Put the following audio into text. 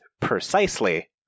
precisely